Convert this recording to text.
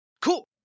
Cool